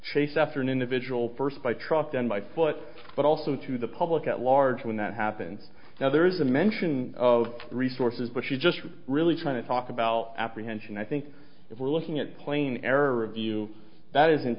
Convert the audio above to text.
shape after an individual first by truck then by foot but also to the public at large when that happens now there is a mention of resources but she just really trying to talk about apprehension i think if we're looking at plane air or a view that is